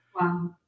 Wow